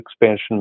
expansion